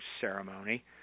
Ceremony